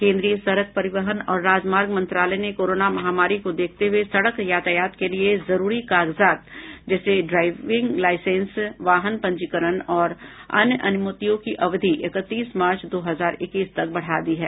केन्द्रीय सड़क परिवहन और राजमार्ग मंत्रालय ने कोरोना महामारी को देखते हुए सड़क यातायात के लिए जरूरी कागजात जैसे ड्राइवर लाइसेंस वाहन पंजीकरण और अन्य अनुमतियों की अवधि इकतीस मार्च दो हजार इक्कीस तक बढ़ा दी है